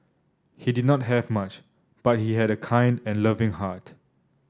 he did not have much but he had a kind and loving heart